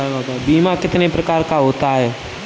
बीमा कितने प्रकार का होता है?